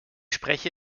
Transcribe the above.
spreche